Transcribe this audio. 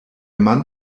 mann